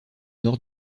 nord